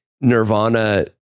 Nirvana